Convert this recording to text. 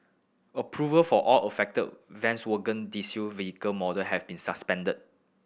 approval for all affected Volkswagen diesel vehicle model have been suspended